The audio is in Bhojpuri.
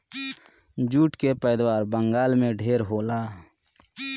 जूट कअ पैदावार बंगाल में ढेर होला